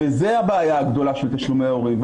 וזו הבעיה הגדולה של תשלומי ההורים.